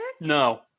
No